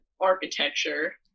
architecture